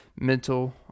mental